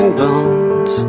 bones